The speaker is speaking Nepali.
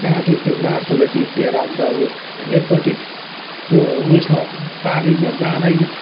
काँटी त्यो मार्तोलले जिप्टिएर अन्त त्यो ऊ एकपटि त्यो उइसमा पारलिङमा जाँदैन